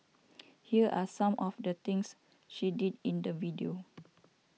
here are some of the things she did in the video